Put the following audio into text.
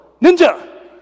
Ninja